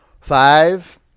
Five